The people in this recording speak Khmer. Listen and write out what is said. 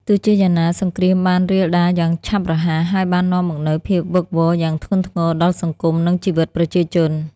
ទោះជាយ៉ាងណា សង្គ្រាមបានរាលដាលយ៉ាងឆាប់រហ័ស ហើយបាននាំមកនូវភាពវឹកវរយ៉ាងធ្ងន់ធ្ងរដល់សង្គមនិងជីវិតប្រជាជន។